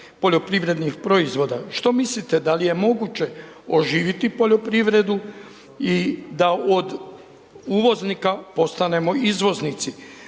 poljoprivrednih proizvoda, što mislite da li je moguće oživjeti poljoprivredu i da od uvoznika postanemo izvoznici?